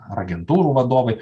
agentūrų vadovai